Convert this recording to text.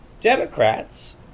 Democrats